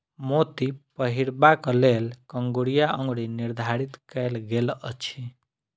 मोती पहिरबाक लेल कंगुरिया अंगुरी निर्धारित कयल गेल अछि